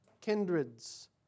kindreds